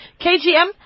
KGM